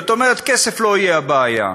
זאת אומרת, כסף לא יהיה הבעיה.